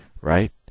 Right